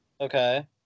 Okay